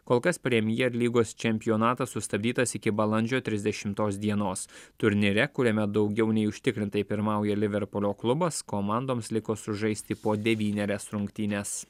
kol kas premier lygos čempionatas sustabdytas iki balandžio trisdešimtos dienos turnyre kuriame daugiau nei užtikrintai pirmauja liverpulio klubas komandoms liko sužaisti po devynerias rungtynes